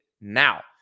now